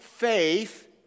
Faith